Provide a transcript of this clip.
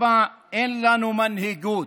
4. אין לנו מנהיגות,